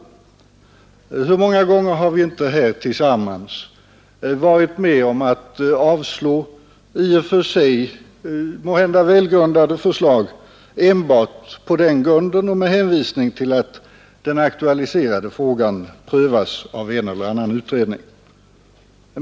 Hur många gånger har vi inte här i riksdagen alla varit med om att avslå i och för sig måhända välgrundade förslag enbart med hänvisning till att den aktualiserade frågan prövas av en eller annan utredning.